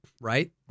right